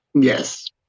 Yes